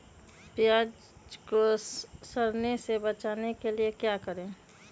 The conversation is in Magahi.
प्याज को सड़ने से बचाने के लिए क्या करें?